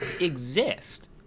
exist